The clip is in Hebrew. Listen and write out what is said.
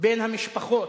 בין המשפחות,